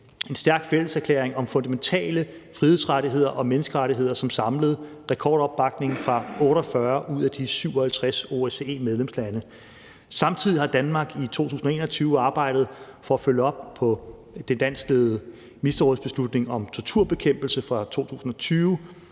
en stærk fælleserklæring om fundamentale frihedsrettigheder og menneskerettigheder, som samlede rekordopbakning fra 48 ud af de 57 OSCE-medlemslande. Samtidig har Danmark i 2021 arbejdet for at følge op på den danskledede ministerrådsbeslutning om torturbekæmpelse fra 2020,